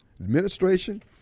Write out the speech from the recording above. administration